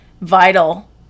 vital